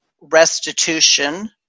restitution